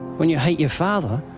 when you hate your father,